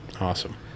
Awesome